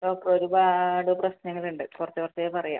doctor ഒരുപാട് പ്രശ്നങ്ങളുണ്ട് കുറച്ച് കുറച്ചായി പറയാം